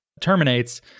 terminates